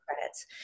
credits